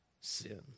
sin